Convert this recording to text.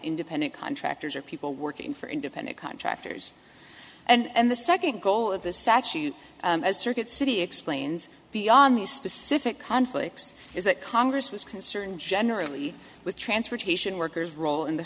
independent contractors or people working for independent contractors and the second goal of the statute as circuit city explains beyond these specific conflicts is that congress was concerned generally with transportation workers role in the